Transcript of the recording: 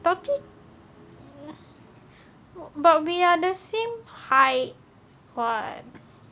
tapi but we are the same height [what]